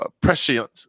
prescient